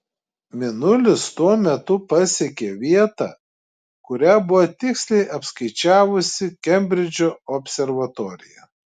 mėnulis tuo metu pasiekė vietą kurią buvo tiksliai apskaičiavusi kembridžo observatorija